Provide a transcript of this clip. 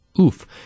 Oof